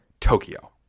Tokyo